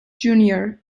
junior